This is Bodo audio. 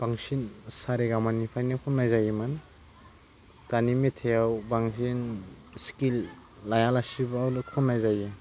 बांसिन सा रे गा मानिफ्रायनो खन्नाय जायोमोन दानि मेथाइआव बांसिन स्केल लायालासिनो खन्नाय जायो